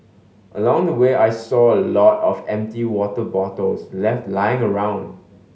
along the way I saw a lot of empty water bottles left lying around